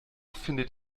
findet